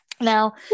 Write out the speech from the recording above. Now